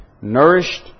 nourished